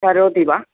करोति वा